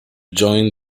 joined